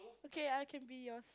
okay I can be yours